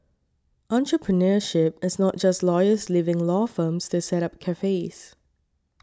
entrepreneurship is not just lawyers leaving law firms to set up cafes